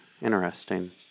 Interesting